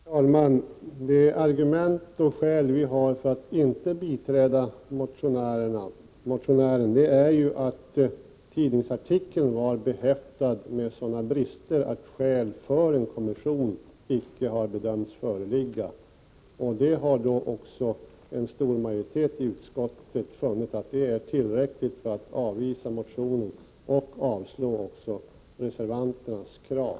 Herr talman! Det argument som vi har för att inte biträda motionärens förslag är ju att tidningsartikeln var behäftad med sådana brister att skäl för tillsättande av en kommission icke har bedömts föreligga. En stor majoritet i utskottet har också funnit att det är tillräckligt för att avvisa motionen och avslå reservanternas krav.